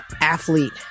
athlete